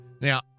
Now